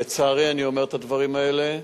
לצערי אני אומר את הדברים האלה,